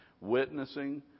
witnessing